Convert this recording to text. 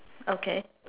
okay